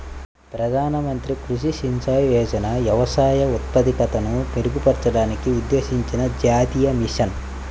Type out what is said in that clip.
ప్రధాన మంత్రి కృషి సించాయ్ యోజన వ్యవసాయ ఉత్పాదకతను మెరుగుపరచడానికి ఉద్దేశించిన జాతీయ మిషన్